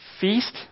feast